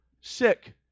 sick